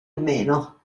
meno